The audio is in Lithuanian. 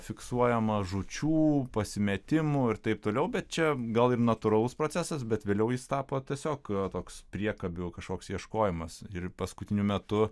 fiksuojama žūčių pasimetimų ir taip toliau bet čia gal ir natūralus procesas bet vėliau jis tapo tiesiog toks priekabių kažkoks ieškojimas ir paskutiniu metu